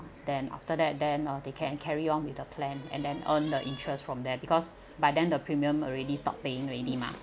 then after that then uh they can carry on with the plan and then earn the interest from there because by then the premium already stopped paying already mah